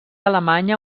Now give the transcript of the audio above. alemanya